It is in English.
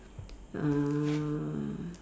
uh